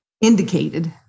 indicated